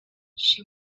she